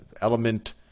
element